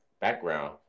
background